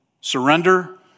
Surrender